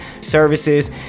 services